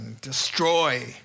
destroy